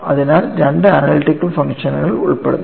അതിനാൽ രണ്ട് അനലിറ്റിക് ഫംഗ്ഷനുകൾ ഉൾപ്പെടുന്നു